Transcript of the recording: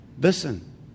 Listen